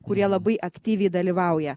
kurie labai aktyviai dalyvauja